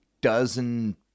dozen